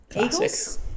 Eagles